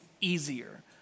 easier